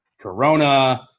corona